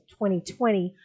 2020